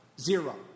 zero